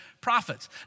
prophets